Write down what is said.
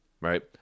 right